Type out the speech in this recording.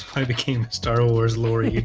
i became star wars. lorry,